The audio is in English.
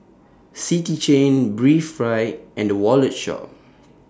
City Chain Breathe Right and The Wallet Shop